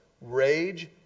rage